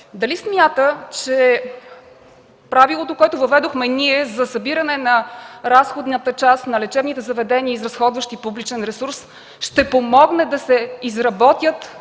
дали смята, че правилото, което въведохме ние, за събиране на разходната част на лечебните заведения, изразходващи публичен ресурс, ще помогне да се изработят